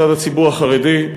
מצד הציבור החרדי,